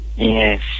Yes